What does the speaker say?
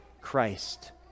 Christ